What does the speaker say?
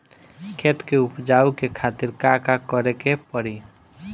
खेत के उपजाऊ के खातीर का का करेके परी?